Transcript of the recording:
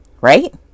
right